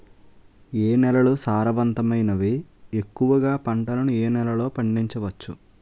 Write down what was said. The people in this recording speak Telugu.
ఏ నేలలు సారవంతమైనవి? ఎక్కువ గా పంటలను ఏ నేలల్లో పండించ వచ్చు?